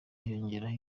hiyongeraho